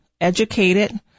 educated